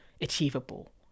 achievable